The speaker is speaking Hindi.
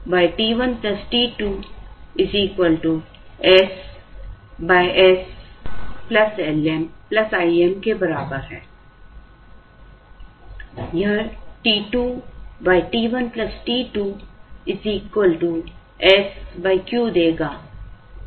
इसी तरह t2 t 1 t2 s s I m के बराबर है यह t 2 t 1 t2 sQ देगा